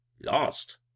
lost